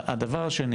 הדבר השני